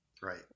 right